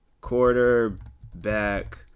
quarterback